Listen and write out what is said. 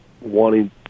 wanting